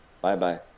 Bye-bye